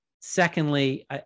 Secondly